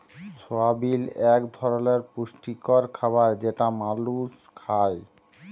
সয়াবিল এক ধরলের পুষ্টিকর খাবার যেটা মালুস খায়